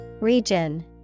Region